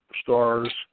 stars